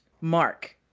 Mark